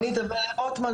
רוטמן,